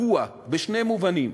תקוע בשני מובנים: